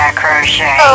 crochet